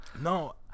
No